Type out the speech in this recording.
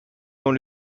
dont